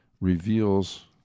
reveals